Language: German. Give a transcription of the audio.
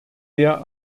der